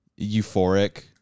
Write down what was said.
euphoric